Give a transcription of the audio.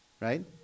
Right